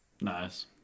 Nice